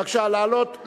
בבקשה, לעלות.